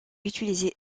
utilisé